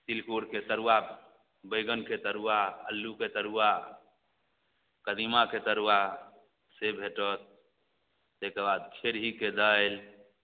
तिलकोरके तरुआ बैगनके तरुआ अल्लूके तरुआ कदीमाके तरुआ से भेटत तैके बाद खेरहीके दालि